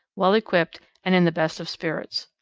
well equipped and in the best of spirits.